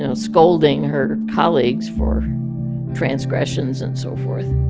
and scolding her colleagues for transgressions and so forth